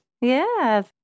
Yes